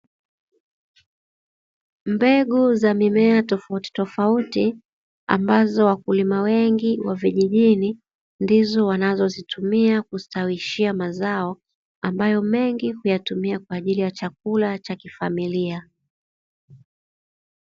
Mbegu za mimea tofautitofauti, ambazo wakulima wengi wa vijijini, ndizo wanazozitumia kustawishia mazao, ambayo mengi huyatumia kwa ajili ya chakula cha kifamilia.